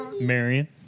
Marion